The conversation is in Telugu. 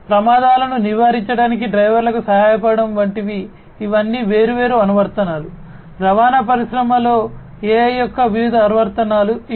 ప్రమాదాలను నివారించడానికి డ్రైవర్లకు సహాయపడటం వంటివి ఇవన్నీ వేర్వేరు అనువర్తనాలు రవాణా పరిశ్రమలో AI యొక్క వివిధ అనువర్తనాలు ఇవి